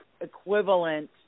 equivalent